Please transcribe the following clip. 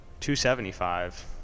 275